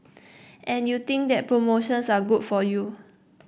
and you think that promotions are good for you